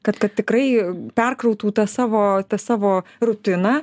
kad kad tikrai perkrautų tą savo savo rutiną